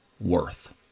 worth